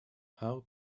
how